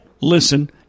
listen